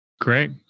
Great